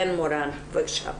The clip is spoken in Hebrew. בבקשה.